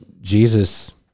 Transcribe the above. Jesus